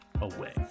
away